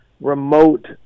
remote